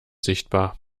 sichtbar